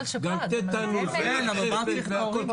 מה צריך הורים?